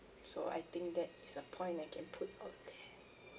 so I think that is a point I can put on there